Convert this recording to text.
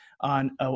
on